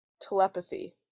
Telepathy